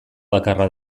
bakarra